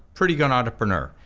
pretty good entrepreneur.